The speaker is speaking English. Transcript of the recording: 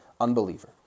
unbeliever